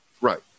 Right